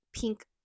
pink